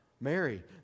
Mary